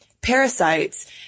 parasites